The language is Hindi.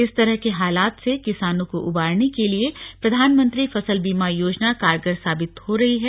इस तरह के हालात से किसानों को उबारने के लिए प्रधानमंत्री फसल बीमा योजना कारगर साबित हो रही है